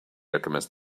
alchemist